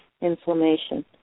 inflammation